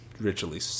ritually